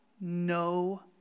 no